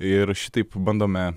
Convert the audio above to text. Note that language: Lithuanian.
ir šitaip bandome